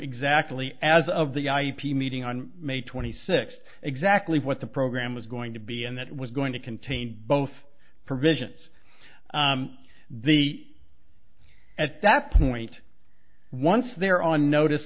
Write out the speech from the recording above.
exactly as of the ip meeting on may twenty sixth exactly what the program was going to be and that was going to contain both provisions the at that point once they're on notice